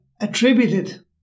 attributed